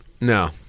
No